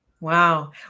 Wow